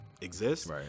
exists